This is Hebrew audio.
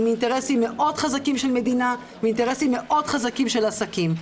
עם אינטרסים מאוד חזקים של מדינה ואינטרסים מאוד חזקים של עסקים.